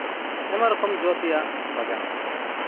ᱟᱭᱢᱟ ᱨᱚᱠᱚᱢ ᱡᱚ ᱛᱮᱭᱟᱜ ᱵᱟᱜᱟᱱ